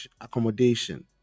accommodation